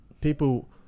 people